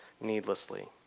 needlessly